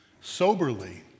soberly